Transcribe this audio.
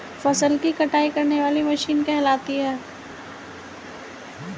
फसल की कटाई करने वाली मशीन कहलाती है?